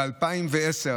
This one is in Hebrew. ב-2010,